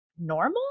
normal